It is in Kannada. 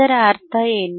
ಅದರರ್ಥ ಏನು